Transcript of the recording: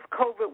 COVID